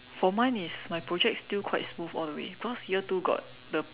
for mine is my project is still quite smooth all the way because year two got the